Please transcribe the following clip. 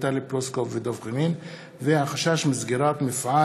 יצחק וקנין ויוסי יונה בנושא: החשש מסגירת מפעל